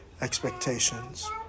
expectations